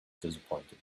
disappointed